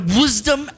wisdom